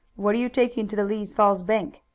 what are you taking to the lee's falls bank?